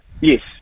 Yes